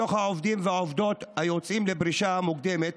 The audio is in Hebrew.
מתוך העובדים והעובדות היוצאים לפרישה מוקדמת,